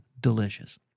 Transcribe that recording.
delicious